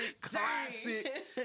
classic